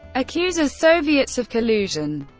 accuses soviets of collusion